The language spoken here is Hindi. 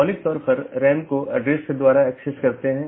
बल्कि कई चीजें हैं